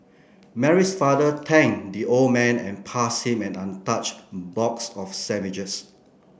Mary's father thanked the old man and passed him an untouched box of sandwiches